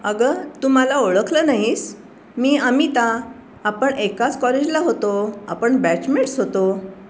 अगं तू मला ओळखलं नाहीस मी अमिता आपण एकाच कॉलेजला होतो आपण बॅचमेट्स होतो